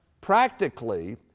practically